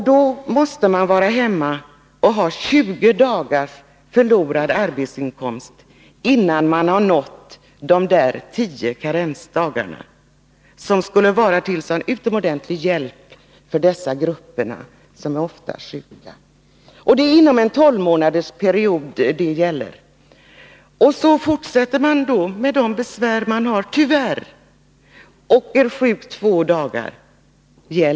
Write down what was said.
De måste förlora arbetsinkomst under 20 dagar innan de har haft de tio karensdagarna under en tolvmånadersperiod som skulle vara till så utomordentligt stor hjälp för de grupper som ofta är sjuka. Och eftersom de har besvär är de sjuka två dagar igen. Gäller då högriskskyddet?